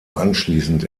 anschließend